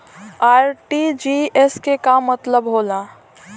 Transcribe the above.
RTGS के का मतलब होला?